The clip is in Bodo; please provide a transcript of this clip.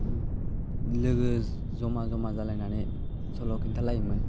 लोगो ज'मा ज'मा जालायनानै सल' खिन्थालायोमोन